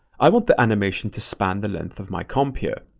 i want the animation to span the length of my comp here.